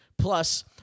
Plus